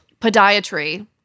podiatry